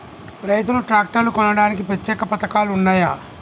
రైతులు ట్రాక్టర్లు కొనడానికి ప్రత్యేక పథకాలు ఉన్నయా?